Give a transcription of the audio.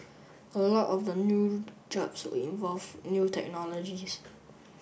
a lot of the new jobs would involve new technologies